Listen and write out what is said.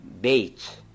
bait